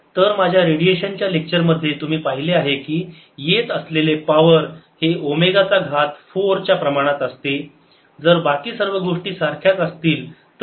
तर माझ्या रेडिएशन च्या लेक्चर मध्ये तुम्ही पाहिले आहे की येत असलेले पावर हे ओमेगा चा घात 4 च्या प्रमाणात असते जर बाकी सर्व गोष्टी सारख्याच असतील तर